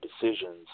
decisions